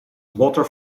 water